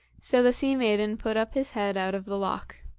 so the sea-maiden put up his head out of the loch.